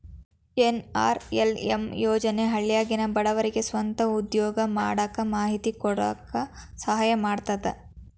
NRLM ಯೋಜನೆ ಹಳ್ಳ್ಯಾಗಿನ ಬಡವರಿಗೆ ಸ್ವಂತ ಉದ್ಯೋಗಾ ಮಾಡಾಕ ಮಾಹಿತಿ ಕೊಡಾಕ ಸಹಾಯಾ ಮಾಡ್ತದ